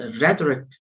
rhetoric